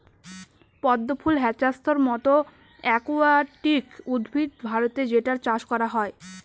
পদ্ম ফুল হ্যাছান্থর মতো একুয়াটিক উদ্ভিদ ভারতে যেটার চাষ করা হয়